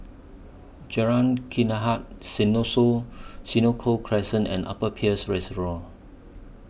Jalan Hikayat Senoko Crescent and Upper Peirce Reservoir